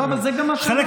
שנייה.